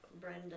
Brenda